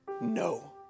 No